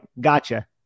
gotcha